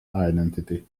identity